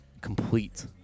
complete